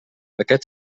aquest